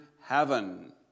heaven